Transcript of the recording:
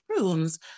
rooms